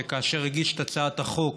שכאשר הגיש את הצעת החוק